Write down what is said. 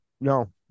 No